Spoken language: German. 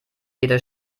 jeder